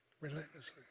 relentlessly